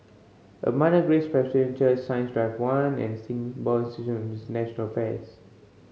Abundant Grace Presbyterian Church Science Drive One and Singapore Institute of International Affairs